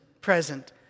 present